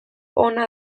ona